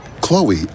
Chloe